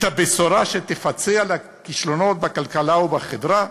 את הבשורה שתפצה על הכישלונות בכלכלה ובחברה?